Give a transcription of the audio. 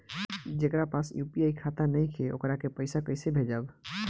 जेकरा पास यू.पी.आई खाता नाईखे वोकरा के पईसा कईसे भेजब?